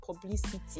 publicity